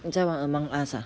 你在玩 among us ah